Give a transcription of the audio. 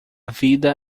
vida